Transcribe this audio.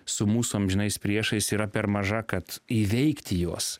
su mūsų amžinais priešais yra per maža kad įveikti juos